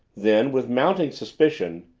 then, with mounting suspicion,